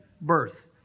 birth